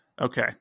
Okay